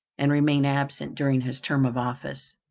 and remain absent during his term of office.